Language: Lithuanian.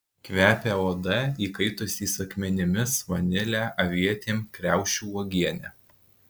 kvepia oda įkaitusiais akmenimis vanile avietėm kriaušių uogiene